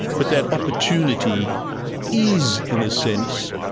but that opportunity is, in a sense,